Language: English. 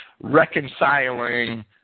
reconciling